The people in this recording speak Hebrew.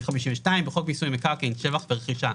סעיף 52. 52.תיקון חוק מיסוי מקרקעין בחוק מיסוי מקרקעין (שבח ורכישה),